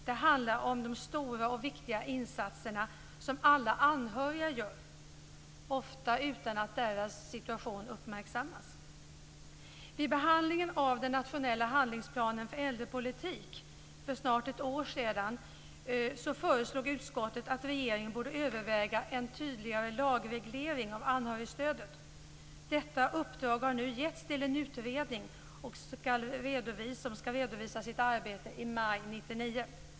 Det handlar om de stora och viktiga insatser som alla anhöriga gör, ofta utan att deras situation uppmärksammas. Vid behandlingen av den nationella handlingsplanen för äldrepolitik för snart ett år sedan föreslog utskottet att regeringen borde överväga en tydligare lagreglering av anhörigstödet. Detta uppdrag har nu getts till en utredning som skall redovisa sitt arbete i maj 1999.